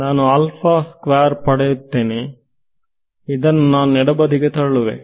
ನಾನು ಪಡೆಯುವೆ ಇದನ್ನು ನಾನು ಎಡಬದಿಗೆ ತಳ್ಳುವೇ